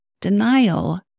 Denial